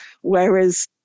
whereas